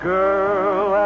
girl